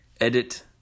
edit